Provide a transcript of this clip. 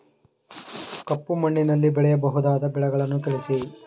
ಕಪ್ಪು ಮಣ್ಣಿನಲ್ಲಿ ಬೆಳೆಯಬಹುದಾದ ಬೆಳೆಗಳನ್ನು ತಿಳಿಸಿ?